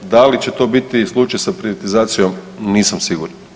Da li će to biti slučaj sa privatizacijom, nisam siguran.